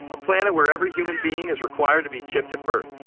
a planet where every human being is required to be chipped at birth.